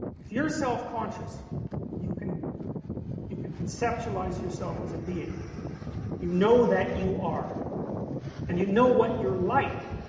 if you are self conscious you can you can conceptualize yourself as a being you know that you are and you know what you're like